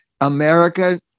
America